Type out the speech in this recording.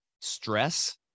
stress